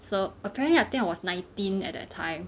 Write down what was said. so apparently I think I was nineteen at that time